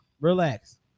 Relax